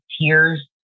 tears